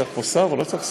צריך פה שר או לא צריך שר?